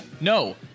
No